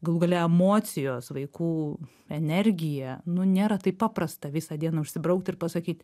galų gale emocijos vaikų energija nu nėra taip paprasta visą dieną užsibraukt ir pasakyt